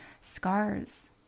scars